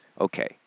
okay